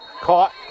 caught